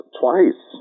twice